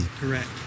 correct